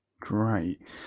Great